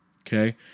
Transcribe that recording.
okay